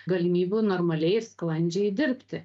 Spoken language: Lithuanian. galimybių normaliai sklandžiai dirbti